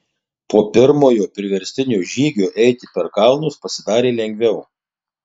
po pirmojo priverstinio žygio eiti per kalnus pasidarė lengviau